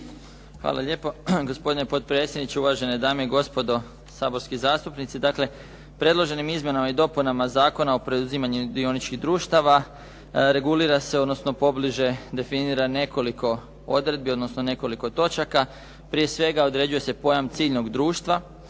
Hvala lijepo. Gospodine potpredsjedniče, uvažene dame i gospodo saborski zastupnici. Predloženim izmjenama i dopunama Zakona o preuzimanju dioničkih društava regulira se odnosno pobliže definira nekoliko odredbi odnosno nekoliko točaka, prije svega određuje se pojam ciljnog društva